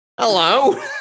Hello